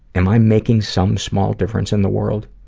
am i making some small difference in the world?